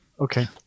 Okay